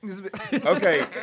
Okay